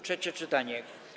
Trzecie czytanie.